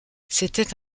c’était